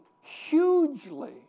hugely